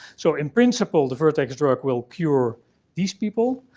so, in principle, the vertex drug will cure these people,